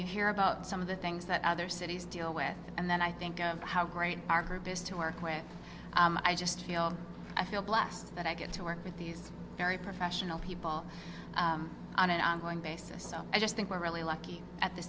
you hear about some of the things that other cities deal with and then i think of how great our group is to our clan i just feel i feel blessed that i get to work with these very professional people on an ongoing basis so i just think we're really lucky at the